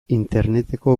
interneteko